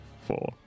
Four